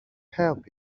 help